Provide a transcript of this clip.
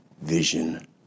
vision